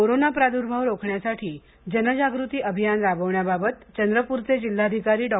corona प्रादुर्भाव रोखण्यासाठी जनजागृती अभियान राबवण्याबाबत चंद्रपूरचे जिल्हाधिकारी डॉ